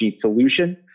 solution